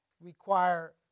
require